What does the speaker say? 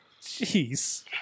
Jeez